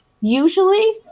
usually